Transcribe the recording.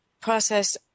process